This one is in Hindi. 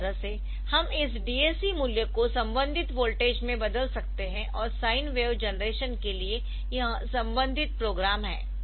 इस तरह से हम इस DAC मूल्य को संबंधित वोल्टेज में बदल सकते है और साइन वेव जनरेशन के लिए यह संबंधित प्रोग्राम है